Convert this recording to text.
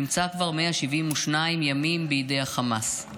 הוא נמצא כבר 172 ימים בידי החמאס,